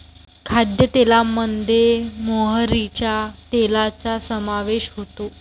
खाद्यतेलामध्ये मोहरीच्या तेलाचा समावेश होतो